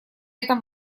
этом